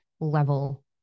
level